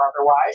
otherwise